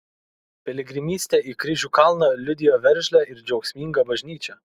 piligrimystė į kryžių kalną liudijo veržlią ir džiaugsmingą bažnyčią